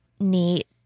neat